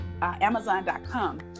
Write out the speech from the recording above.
Amazon.com